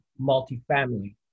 multifamily